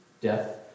Death